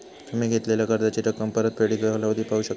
तुम्ही घेतलेला कर्जाची रक्कम, परतफेडीचो कालावधी पाहू शकता